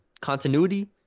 Continuity